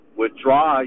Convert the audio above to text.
withdraw